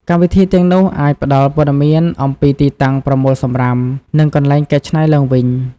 កម្មវិធីទាំងនោះអាចផ្តល់ព័ត៌មានអំពីទីតាំងប្រមូលសំរាម និងកន្លែងកែច្នៃឡើងវិញ។